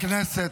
חברי הכנסת,